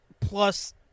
plus